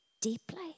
deeply